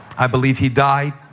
i believe he died